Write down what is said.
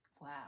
Wow